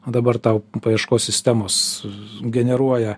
dabar tau paieškos sistemos generuoja